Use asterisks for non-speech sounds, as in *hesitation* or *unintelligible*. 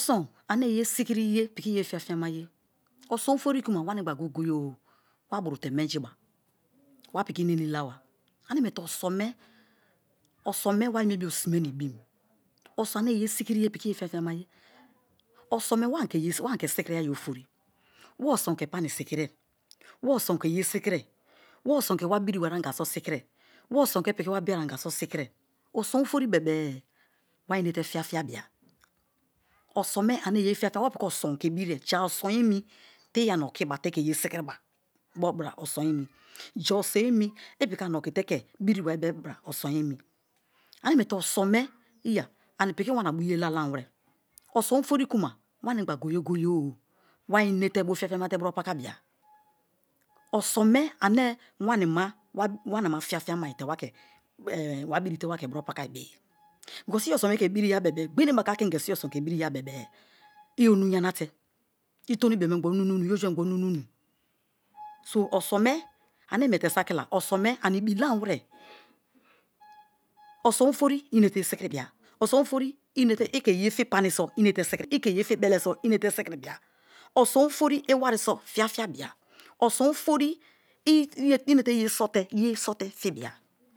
Oson ane ye sikiriye piki ye fia fia ma ye oso̱n ofori kuma wa nimgba goye-goye wa burute menji ba wa piki nini laba ane miete oson me wari me bio na ibim oson ane ye. Sikiri-e piki ye fiafia ma ye osome wa ani ke sikiri-a ye ofori wa oson ke piki wa bi eri be anga so sikirie oson ofori bebe-e wa inete fiafia bia oson me ane ye fiafia wa piki oson ke birie ja oson te i ani okiba te ke ye sikiro ba bebra oson emi, ja oson emi piki ani oki teke biri ba bebra oso̱n emi ane miete oson iya ani piki wana bu ye lalamus ere. Oson ofori kuma wanimggba goye goye-o wa inete bu fiafia te paka bia. Oson me ane wanima fiafia mai te waake̱ *hesitation* wa birite wa ke buro pakai be ye because i oson me ke biriya bebe-a gberiye enebaka kigen soi oson ke biriya bebe-e i oru yanate itonu bio me ngba orimonu, i̱ oru mengba orumunu *noise* so oso̱n me ane nmie sakila i inete ye sikiribia, oson ofori i inete i ke ye fi̱ pani so̱ i̱ inete si̱ki̱ri̱bia, oson ofori i wariso fia-fia oson ofori i *unintelligible* ine ye so̱ te̱ fi̱bi̱ya.